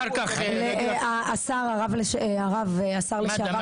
אחר כך --- הרב השר לשעבר,